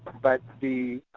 but the